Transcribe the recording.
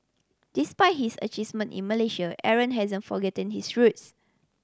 despite his achievement in Malaysia Aaron hasn't forgotten his roots